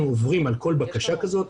אנחנו עוברים על כל בקשה כזאת,